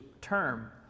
term